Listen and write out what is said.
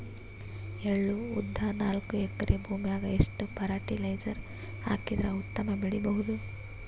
ಎಳ್ಳು, ಉದ್ದ ನಾಲ್ಕಎಕರೆ ಭೂಮಿಗ ಎಷ್ಟ ಫರಟಿಲೈಜರ ಹಾಕಿದರ ಉತ್ತಮ ಬೆಳಿ ಬಹುದು?